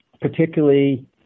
particularly